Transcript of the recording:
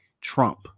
Trump